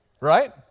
right